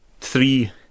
Three